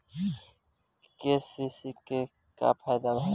KCC से का फायदा ह?